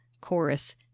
Chorus